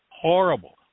horrible